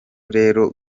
rero